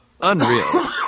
unreal